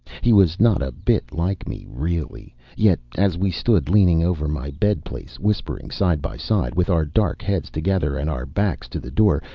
he was not a bit like me, really yet, as we stood leaning over my bed place, whispering side by side, with our dark heads together and our backs to the door,